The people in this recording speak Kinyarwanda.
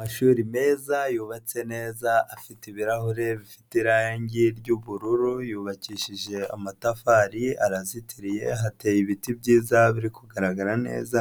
Amashuri meza yubatse neza afite ibirahure bifite irangi ry'ubururu, yubakishije amatafari arazitiriye, hateye ibiti byiza biri kugaragara neza,